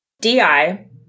DI